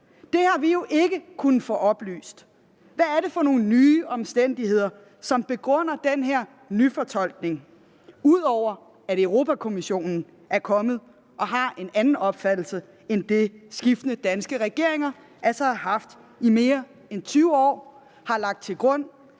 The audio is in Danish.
Det har vi jo ikke kunnet få oplyst, altså hvad det er for nogle nye omstændigheder, som begrunder den her nyfortolkning, ud over at Europa-Kommissionen er kommet med en anden opfattelse end den, som skiftende danske regeringer altså har haft i mere end 20 år – har lagt til grund,